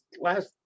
last